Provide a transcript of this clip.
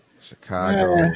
Chicago